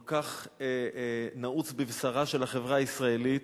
כל כך נעוץ בבשרה של החברה הישראלית,